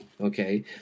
okay